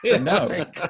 no